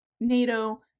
nato